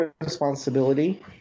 responsibility